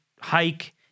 hike